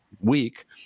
week